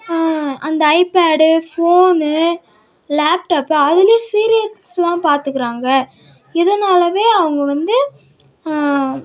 அந்த iPad phone laptop அதுலேயே சீரியல்ஸ்லாம் பார்த்துக்குறாங்க இதுனாலேவே அவங்க வந்து